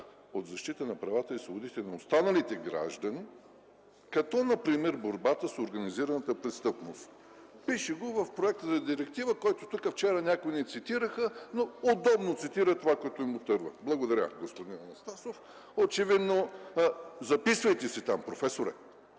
от защита на правата и свободите на останалите граждани, като например борбата с организираната престъпност. Пише го в проекта за директива, който тук вчера някои ни цитираха, но удобно цитират това, което им отърва. Благодаря, господин Анастасов. (Реплика от народния